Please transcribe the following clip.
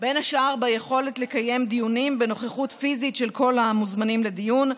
בין השאר ביכולת לקיים דיונים בנוכחות פיזית של כל המוזמנים לדיון,